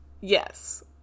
Yes